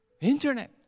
Internet